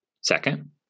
second